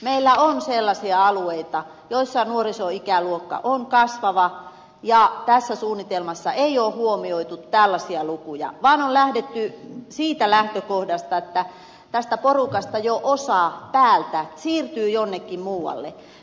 meillä on sellaisia alueita joissa nuorisoikäluokka on kasvava ja tässä suunnitelmassa ei ole huomioitu tällaisia lukuja vaan on lähdetty siitä lähtökohdasta että tästä porukasta jo osa päältä siirtyy jonnekin muualle